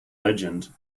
legend